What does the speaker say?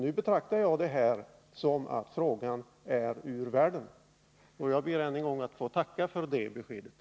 Nu betraktar jag det besked jag fått som att frågan är ur världen, och jag ber att än en gång få tacka för detta.